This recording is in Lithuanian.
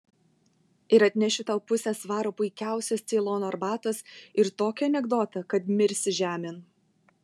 ir atnešiu tau pusę svaro puikiausios ceilono arbatos ir tokį anekdotą kad mirsi žemėn